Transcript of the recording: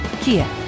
Kia